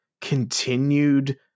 continued